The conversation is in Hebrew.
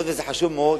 היות שזה חשוב מאוד,